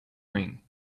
ring